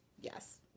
Yes